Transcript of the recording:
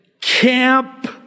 camp